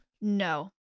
No